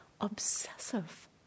obsessive